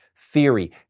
theory